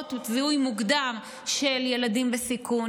לזהות זיהוי מוקדם ילדים בסיכון,